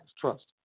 trust